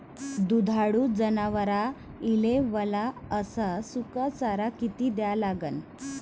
दुधाळू जनावराइले वला अस सुका चारा किती द्या लागन?